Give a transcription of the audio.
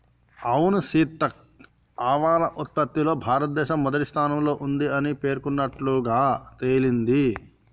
అవును సీత ఆవాల ఉత్పత్తిలో భారతదేశం మొదటి స్థానంలో ఉంది అని పేర్కొన్నట్లుగా తెలింది